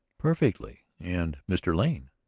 perfectly. and mr. lane?